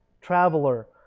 traveler